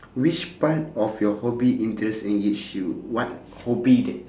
which part of your hobby interest engage you what hobby that